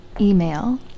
email